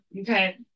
Okay